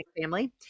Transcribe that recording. family